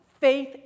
faith